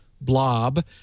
blob